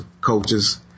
coaches